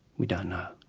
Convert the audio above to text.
we don't know,